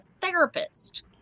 therapist